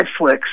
Netflix